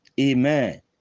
amen